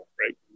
right